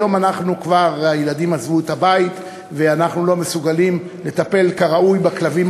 היום כבר הילדים עזבו את הבית ואנחנו לא מסוגלים לטפל כראוי בכלבים,